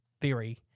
theory